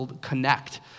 connect